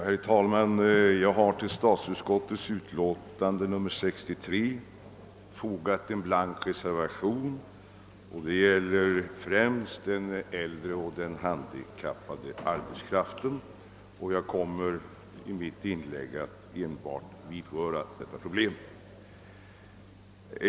Herr talman! Till statsutskottets utlåtande nr 63 har jag fogat en blank reservation, som rör den äldre och den handikappade arbetskraften, och jag kommer här att beröra problemen för denna arbetskraft.